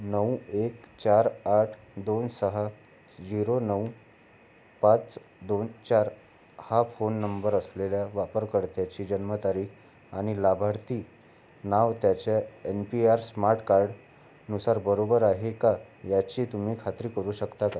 नऊ एक चार आठ दोन सहा झिरो नऊ पाच दोन चार हा फोन नंबर असलेल्या वापरकर्त्याची जन्मतारीख आणि लाभार्थी नाव त्याच्या एन पी आर स्मार्ट कार्डनुसार बरोबर आहे का याची तुम्ही खात्री करू शकता का